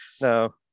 No